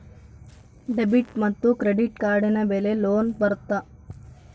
Debit ಮತ್ತು credit ಕಾರ್ಡಿನ ಮೇಲೆ ಲೋನ್ ಬರುತ್ತಾ?